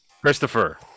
Christopher